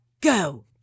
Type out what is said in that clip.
go